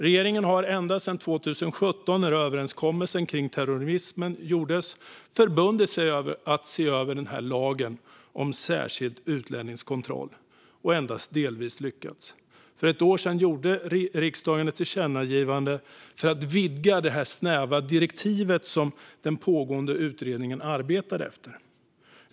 Regeringen har ända sedan 2017, när överenskommelsen kring terrorismen gjordes, förbundit sig att se över lagen om särskild utlänningskontroll. Man har endast delvis lyckats. För ett år sedan gjorde riksdagen ett tillkännagivande för att vidga det snäva direktiv som den pågående utredningen arbetade efter.